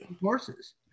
horses